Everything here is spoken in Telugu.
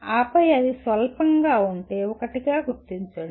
ఆపై అది స్వల్పంగా ఉంటే 1 గా గుర్తించండి